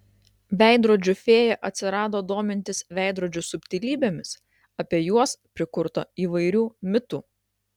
veidrodžių fėja atsirado domintis veidrodžių subtilybėmis apie juos prikurta įvairių mitų